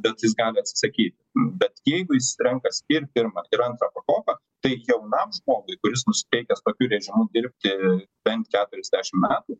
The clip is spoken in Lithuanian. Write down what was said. bet jis gali atsisakyt bet jeigu jis renkas ir pirmą ir antrą pakopą tai jaunam žmogui kuris nusiteikęs tokiu režimu dirbti bent keturiasdešimt metų